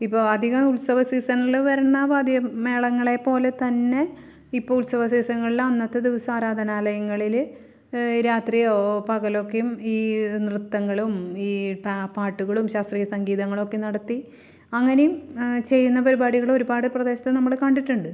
ഇപ്പോൾ അധികം ഉത്സവ സീസണിൽ വരുന്ന വാദ്യ മേളങ്ങളെ പോലെ തന്നെ ഇപ്പോൾ ഉത്സവ സീസണുകളിൽ അന്നത്തെ ദിവസം ആരാധനാലയങ്ങളിൽ രാത്രിയോ പകലൊക്കെയും ഈ നൃത്തങ്ങളും ഈ പാട്ടുകളും ശാസ്ത്രീയ സംഗീതങ്ങളൊക്കെ നടത്തി അങ്ങനെയും ചെയ്യുന്ന പരിപാടികളൊരുപാട് പ്രദേശത്ത് നമ്മൾ കണ്ടിട്ടുണ്ട്